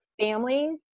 families